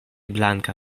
blanka